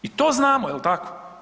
I to znamo, jel tako?